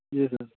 جی سر